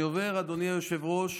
אני עובר, אדוני היושב-ראש,